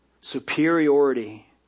superiority